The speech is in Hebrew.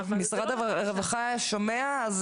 אם משרד הרווחה שומע,